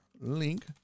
Link